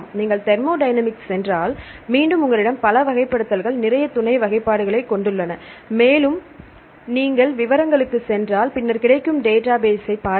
நீங்கள் தெர்மோடயனமிக்ஸ்ச் சென்றால் மீண்டும் உங்களிடம் பல வகைப்படுத்தல்கள் நிறைய துணை வகைப்பாடுகளைக் கொண்டுள்ளன மேலும் நீங்கள் விவரங்களுக்குச் சென்று பின்னர் கிடைக்கும் டேட்டாபேஸ்ஸைப் பாருங்கள்